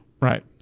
Right